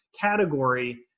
category